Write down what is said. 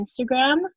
Instagram